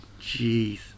jeez